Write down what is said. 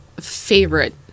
favorite